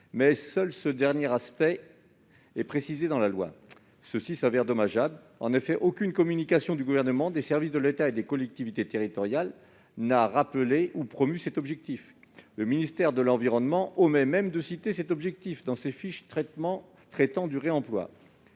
mais seul ce dernier aspect est précisé dans la loi. Cela se révèle dommageable. En effet, aucune communication du Gouvernement ou des services de l'État ou des collectivités territoriales n'a rappelé ou promu cet objectif. Le ministère de la transition écologique omet même de le citer dans ces fiches traitant du réemploi.